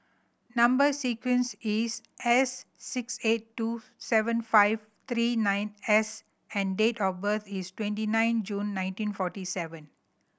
number sequence is S six eight two seven five three nine S and date of birth is twenty nine June nineteen forty seven